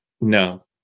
No